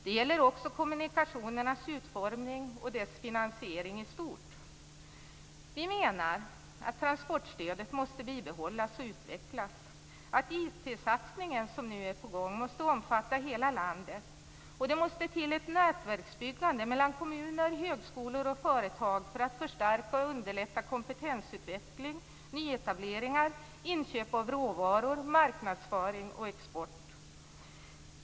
Det gäller också kommunikationernas utformning och deras finansiering i stort. Vi menar att transportstödet måste bibehållas och utvecklas och att den IT-satsning som nu är på gång måste omfatta hela landet. Det måste till ett nätverksbyggande mellan kommuner, högskolor och företag för att förstärka och underlätta kompetensutveckling, nyetableringar, inköp av råvaror, marknadsföring och export.